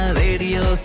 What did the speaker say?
radio